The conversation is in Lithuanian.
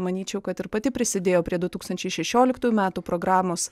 manyčiau kad ir pati prisidėjo prie du tūkstančiai šešioliktųjų metų programos